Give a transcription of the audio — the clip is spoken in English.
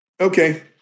Okay